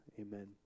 Amen